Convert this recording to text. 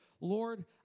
Lord